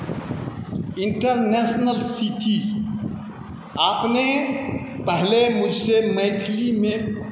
international city आपने पहले मुझसे मैथिलीमे